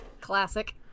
Classic